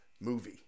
movie